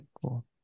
cool